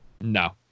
No